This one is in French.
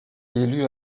élu